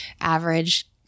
average